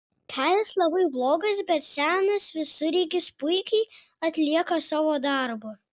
kelias labai blogas bet senas visureigis puikiai atlieka savo darbą